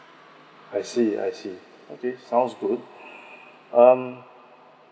I see I see okay sounds good um